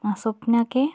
ആ സ്വപ്ന കെ